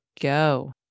go